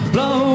Blow